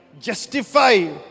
justify